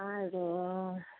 আৰু